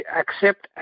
accept